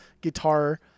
guitar